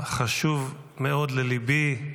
שהוא חשוב מאוד לליבי: